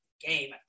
game